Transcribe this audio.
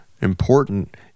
important